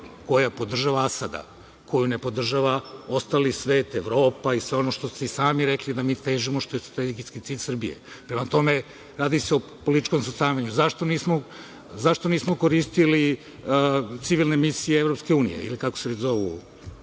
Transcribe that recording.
koja podržava Asada, koju ne podržava ostali svet, Evropa i sve ono što ste i sami rekli, da mi težimo, što je i neki cilj Srbije. Prema tome, radi se o političkom svrstavanju. Zašto nismo koristili civilne misije EU, ili kako se već zovu,